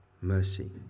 mercy